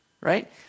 right